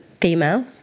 female